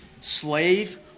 Slave